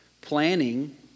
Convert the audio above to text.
planning